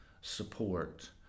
support